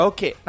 Okay